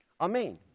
Amen